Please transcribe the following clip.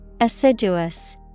Assiduous